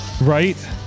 right